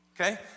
okay